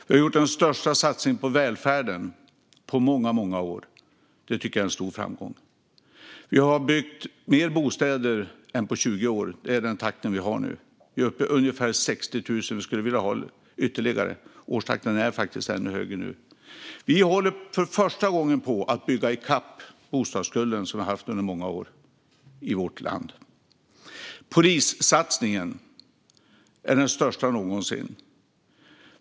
Vi har gjort den största satsningen på välfärden på många, många år. Det tycker jag är en stor framgång. Vi har byggt mer bostäder än på 20 år. Det är den takten vi har nu. Vi är uppe i ungefär 60 000, men vi skulle vilja öka det ytterligare. Årstakten är faktiskt ännu högre nu. Vi håller för första gången på att bygga i kapp bostadsskulden som vi har haft under många år i vårt land. Polissatsningen är den största någonsin.